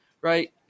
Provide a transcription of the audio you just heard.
right